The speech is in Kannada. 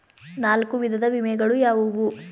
ನಾಲ್ಕು ವಿಧದ ವಿಮೆಗಳು ಯಾವುವು?